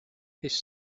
his